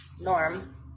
norm